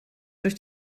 durch